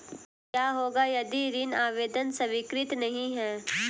क्या होगा यदि ऋण आवेदन स्वीकृत नहीं है?